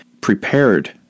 prepared